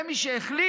זה מי שהחליט?